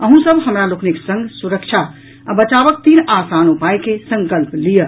अहूँ सब हमरा लोकनिक संग सुरक्षा आ बचावक तीन आसान उपायक संकल्प लियऽ